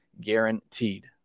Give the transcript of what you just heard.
guaranteed